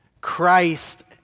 Christ